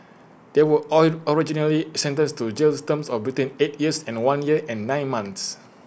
they were all originally sentenced to jail terms of between eight years and one year and nine months